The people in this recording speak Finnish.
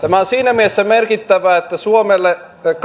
tämä on siinä mielessä merkittävää että suomelle